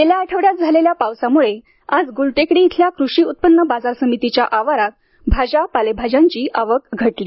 गेल्या आठवड्यात झालेल्या पावसामुळे आज गुलटेकडी इथल्या पुणे कृषी उत्पन्न बाजार समितीच्या आवारात भाज्या पालेभाज्यांची आवक घटली